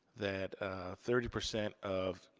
that thirty percent of